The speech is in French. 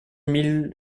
mille